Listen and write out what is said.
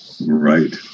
Right